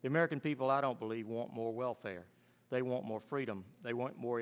the american people i don't believe want more welfare they want more freedom they want more